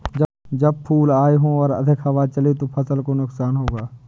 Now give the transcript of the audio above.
जब फूल आए हों और अधिक हवा चले तो फसल को नुकसान होगा?